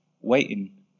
waiting